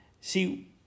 See